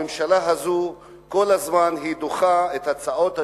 הממשלה הזאת כל הזמן דוחה את הצעות השלום,